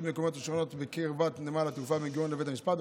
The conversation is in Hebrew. מקומיות השוכנות בקרבת נמל התעופה בן-גוריון לבית המשפט.